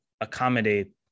accommodate